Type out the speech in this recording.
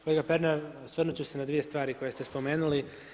Kolega Pernar osvrnut ću se na dvije stvari koje ste spomenuli.